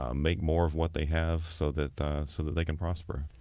um make more of what they have so that so that they can prosper.